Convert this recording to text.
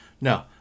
No